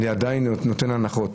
אני עדיין נותן הנחות.